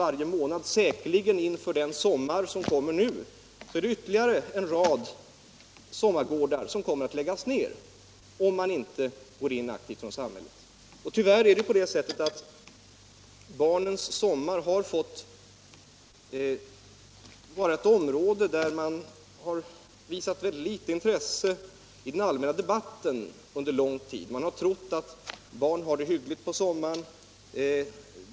Under den sommar vi nu står inför kommer säkerligen varje månad ytterligare en rad sommargårdar att läggas ned om samhället inte aktivt hjälper till. Tyvärr har barnens sommar varit ett område som visats ytterst litet intresse i den allmänna debatten under lång tid. Man har trott att barn har det hyggligt under sommaren.